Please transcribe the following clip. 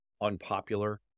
unpopular